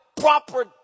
proper